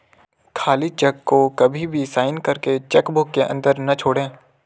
खाली चेक को कभी भी साइन करके चेक बुक के अंदर न छोड़े